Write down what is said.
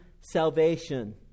salvation